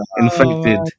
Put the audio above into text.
infected